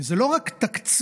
וזה לא רק תקציב,